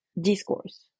discourse